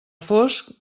fosc